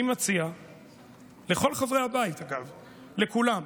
אני מציע לכל חברי הבית, אגב, לכולם,